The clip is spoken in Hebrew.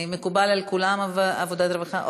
מקובל על כולם עבודה ורווחה?